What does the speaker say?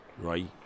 Right